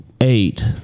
eight